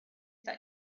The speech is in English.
that